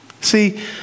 See